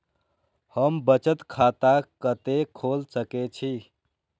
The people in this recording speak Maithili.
हम बचत खाता कते खोल सके छी?